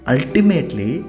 Ultimately